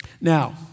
Now